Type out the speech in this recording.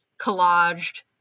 collaged